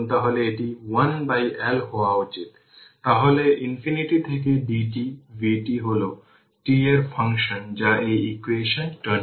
1R 2 resistor এর মত একই এবং সেখানে প্রাথমিক জিনিস এটি 0 i 1 t 0 plus i 2 t 0 থেকে i N t 0 পর্যন্ত এটি হল ইকুয়েশন 31 এবং এটি ইকুয়েশন 32